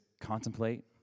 contemplate